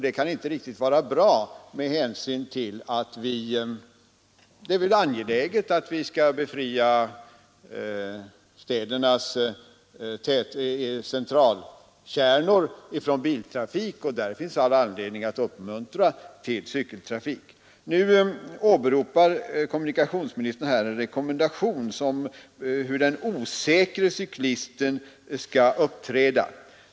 Det kan inte vara riktigt med hänsyn till att det väl är angeläget att vi skall befria städernas centralkärnor från biltrafik. Där finns det all anledning att uppmuntra till cykeltrafik. Nu åberopar kommunikationsministern en rekommendation om hur den osäkre cyklisten skall uppträda.